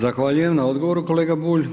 Zahvaljujem na odgovoru kolega Bulj.